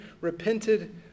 repented